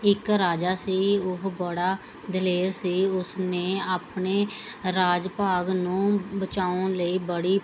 ਇੱਕ ਰਾਜਾ ਸੀ ਉਹ ਬੜਾ ਦਲੇਰ ਸੀ ਉਸਨੇ ਆਪਣੇ ਰਾਜ ਭਾਗ ਨੂੰ ਬਚਾਉਣ ਲਈ ਬੜੀ